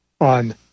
on